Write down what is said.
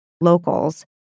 locals